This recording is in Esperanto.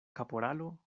kaporalo